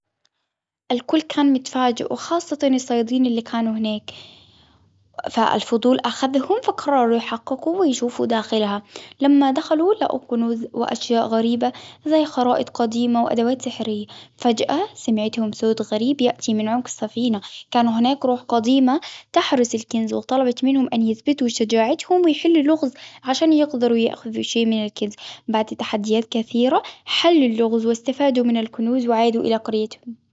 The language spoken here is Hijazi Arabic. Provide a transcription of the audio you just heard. الكل كان متفاجئ وخاصة الصيادين اللي كانوا هناك، فالفضول ،أخذهم فقرروا يحققوا ويشوفوا داخلها لما دخلوا لقوا كنوز وأشياء غريبة زي خرائط قديمة وأدوات سحرية، فجأة سمعتهم بصوت غريب يأتي من عمق السفينة، كان هناك روح قديمة تحرص لو طلبت منهم أن يثبتوا شجاعتهم ويحلوا لغز عشان يقدروا يأخذوا شيء من الكنز، بعد تحديات كثيرة حل اللغز واستفادوا من الكنوز وعادوا إلى قريتهم.